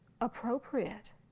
appropriate